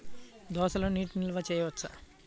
దోసలో నీటి నిల్వ చేయవచ్చా?